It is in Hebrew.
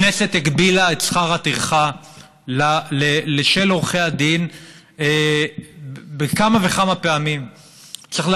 הכנסת הגבילה את שכר הטרחה של עורכי הדין כמה וכמה פעמים,